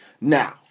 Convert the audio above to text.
Now